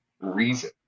reason